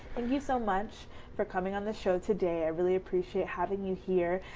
and you so much for coming on the show today. i really appreciate having you here.